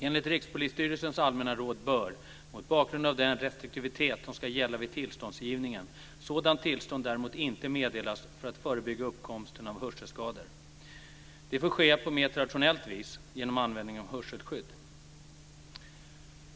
Enligt Rikspolisstyrelsens allmänna råd bör, mot bakgrund av den restriktivitet som ska gälla vid tillståndsgivningen, sådant tillstånd däremot inte meddelas för att förebygga uppkomsten av hörselskador. Det får ske på mer traditionellt vis genom användning av hörselskydd.